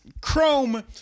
Chrome